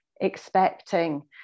expecting